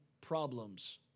problems